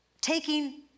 taking